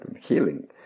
healing